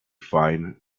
find